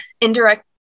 indirect